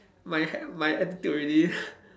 my ha~ my aptitude already